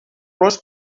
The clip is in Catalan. olors